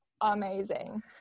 amazing